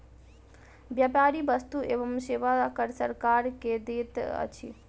व्यापारी वस्तु एवं सेवा कर सरकार के दैत अछि